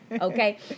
Okay